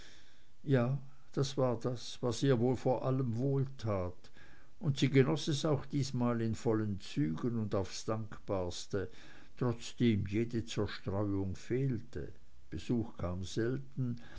ja das war das was ihr vor allem wohltat und sie genoß es auch diesmal wieder in vollen zügen und aufs dankbarste trotzdem jede zerstreuung fehlte besuch kam selten